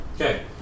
Okay